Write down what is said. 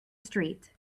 street